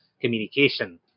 communication